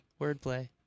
Wordplay